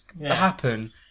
happen